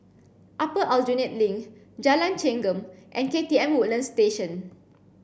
Upper Aljunied Link Jalan Chengam and K T M Woodlands Station